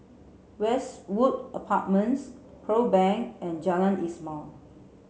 Westwood Apartments Pearl Bank and Jalan Ismail